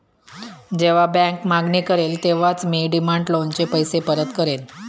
जेव्हा बँक मागणी करेल तेव्हाच मी डिमांड लोनचे पैसे परत करेन